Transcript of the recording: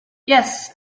yes